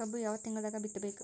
ಕಬ್ಬು ಯಾವ ತಿಂಗಳದಾಗ ಬಿತ್ತಬೇಕು?